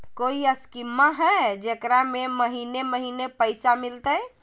कोइ स्कीमा हय, जेकरा में महीने महीने पैसा मिलते?